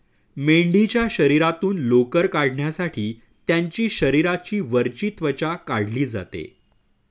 मेंढीच्या शरीरातून लोकर काढण्यासाठी त्यांची शरीराची वरची त्वचा काढली जाते